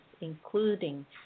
including